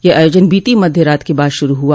यह आयोजन बीती मध्य रात के बाद शुरू हुआ